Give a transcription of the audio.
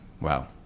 Wow